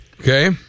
Okay